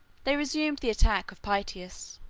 they resumed the attack of pityus